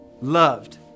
loved